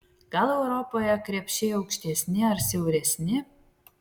gal europoje krepšiai aukštesni ar siauresni